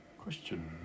Question